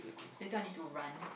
later I need to run